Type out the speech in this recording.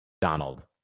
Donald